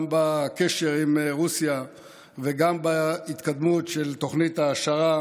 וגם בקשר עם רוסיה וגם בהתקדמות של תוכנית ההעשרה